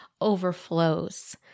overflows